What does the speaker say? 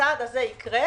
הצעד הזה יקרה,